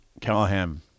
Callahan